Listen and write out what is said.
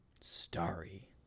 Starry